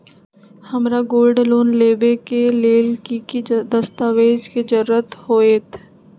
हमरा gold loan लेबे के लेल कि कि दस्ताबेज के जरूरत होयेत?